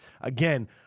again